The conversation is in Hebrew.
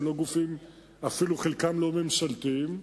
שחלקם אפילו לא ממשלתיים.